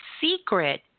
Secret